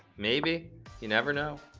maybe you never know